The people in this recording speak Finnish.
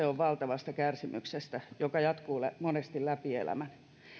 on valtavasta kärsimyksestä joka jatkuu monesti läpi elämän